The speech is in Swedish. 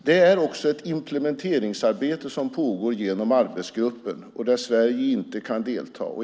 Det är också ett implementeringsarbete som pågår genom arbetsgruppen där Sverige inte kan delta.